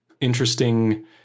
interesting